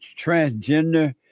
transgender